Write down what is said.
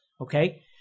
okay